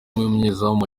umunyezamu